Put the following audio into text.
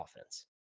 offense